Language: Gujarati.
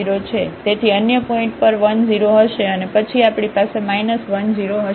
તેથી અન્ય પોઇન્ટ પર 10 હશે અને પછી આપણી પાસે 10 હશે